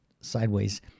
sideways